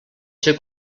ser